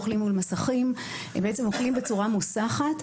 אוכל מול מסכים ובעצם אוכל בצורה מוסחת,